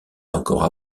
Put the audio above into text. encore